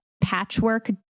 patchwork